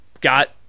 got